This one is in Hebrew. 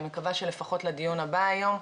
אני מקווה שלפחות לדיון הבא היום,